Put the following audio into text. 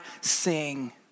sing